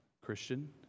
Christian